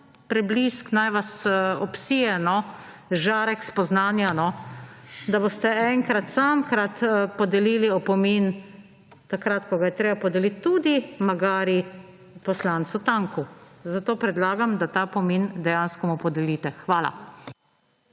preblisk naj vas obsije, žarek spoznanja, no, da boste enkrat samkrat podelili opomin takrat, ko ga je treba podeliti, četudi poslancu Tanku. Zato predlagam, da mu ta opomin dejansko podelite. Hvala.